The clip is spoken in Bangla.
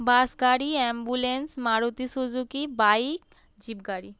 বাস গাড়ি ambulance Maruti Suzuki bike jeep গাড়ি